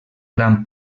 gran